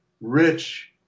rich